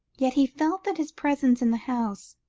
yet he felt that his presence in the house,